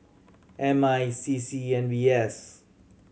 M I CC and V S